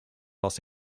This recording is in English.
los